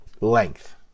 length